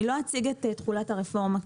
אני לא אציג את תכולת הרפורמה,